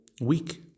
week